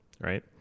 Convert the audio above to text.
right